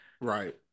Right